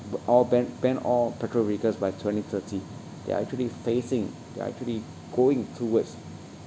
b~ all ban ban all petrol vehicles by twenty thirty they are actually phasing they are actually going towards